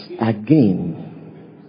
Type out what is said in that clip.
Again